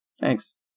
Thanks